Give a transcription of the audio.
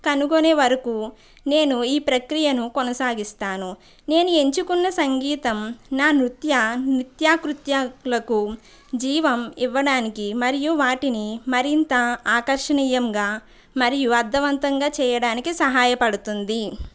కనుగొనేవరకు నేను ఈ ప్రక్రియను కొనసాగిస్తాను నేను ఎంచుకున్న సంగీతం నా నృత్య నిత్యా కృత్యాలకు జీవం ఇవ్వడానికి మరియు వాటిని మరింత ఆకర్షణీయంగా మరియు అర్థవంతంగా చేయడానికి సహాయపడుతుంది